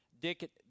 dick